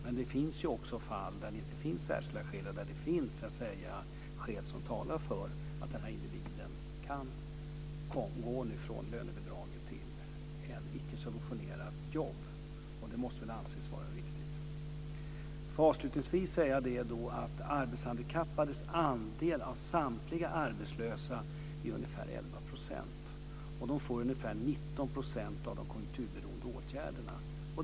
Men det finns också fall där det inte finns särskilda skäl och där det finns skäl som talar för att individen kan komma från lönebidraget till ett icke subventionerat jobb, och det måste väl anses vara riktigt. Avslutningsvis vill jag säga att arbetshandikappades andel av samtliga arbetslösa är ungefär 11 %. De får del av ungefär 19 % av de konjunkturberoende åtgärderna.